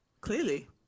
Clearly